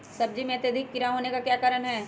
सब्जी में अत्यधिक कीड़ा होने का क्या कारण हैं?